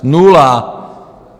Nula!